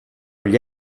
gli